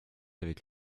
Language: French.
avec